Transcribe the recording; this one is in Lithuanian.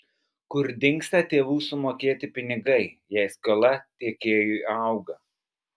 kur dingsta tėvų sumokėti pinigai jei skola tiekėjui auga